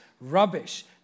rubbish